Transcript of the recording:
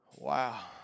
Wow